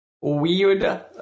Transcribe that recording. Weird